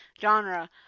genre